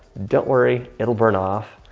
don't worry, it'll burn off.